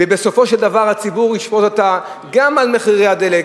ובסופו של דבר הציבור ישפוט אותה גם על מחירי הדלק,